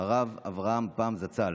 הרב אברהם פאם זצ"ל.